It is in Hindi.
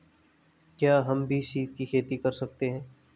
क्या हम भी सीप की खेती कर सकते हैं?